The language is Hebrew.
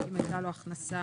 אם הייתה לו הכנסה.